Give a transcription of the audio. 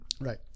Right